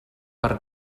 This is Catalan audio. per